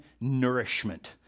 nourishment